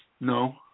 No